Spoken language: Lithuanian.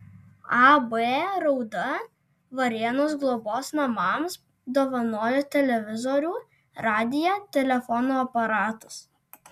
ab rauda varėnos globos namams dovanojo televizorių radiją telefono aparatus